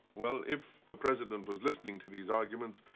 well, if the president was listening to these arguments,